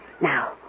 Now